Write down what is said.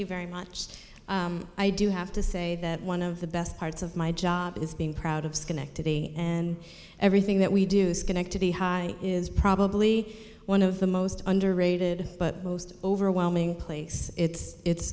you very much i do have to say that one of the best parts of my job is being proud of schenectady and everything that we do schenectady high is probably one of them most underrated but most overwhelming place it's